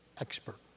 expert